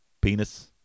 penis